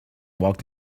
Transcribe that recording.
walked